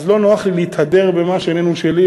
אז לא נוח לי להתהדר במה שאיננו שלי,